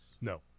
No